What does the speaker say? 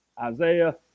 Isaiah